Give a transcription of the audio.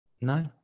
no